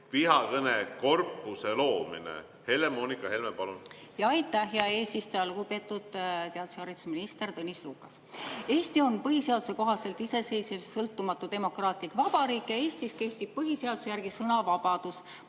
vihakõne korpuse loomine. Helle-Moonika Helme, palun! Aitäh, hea eesistuja! Lugupeetud haridus- ja teadusminister Tõnis Lukas! Eesti on põhiseaduse kohaselt iseseisev ja sõltumatu demokraatlik vabariik ning Eestis kehtib põhiseaduse järgi sõnavabadus.